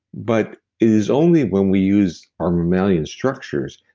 but is only when we use our mammalian structures,